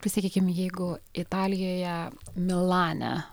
tai sakykim jeigu italijoje milane